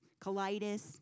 colitis